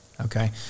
okay